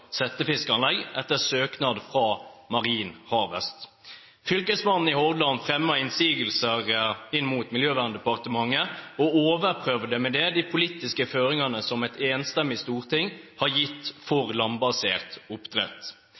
settefiskanlegg etter søknad fra Marin Harvest. Fylkesmannen i Hordaland fremmet innsigelser inn mot Miljøverndepartementet og overprøvde med det de politiske føringene som et enstemmig storting har gitt for landbasert oppdrett.